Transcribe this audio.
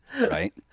Right